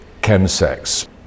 chemsex